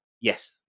Yes